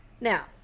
Now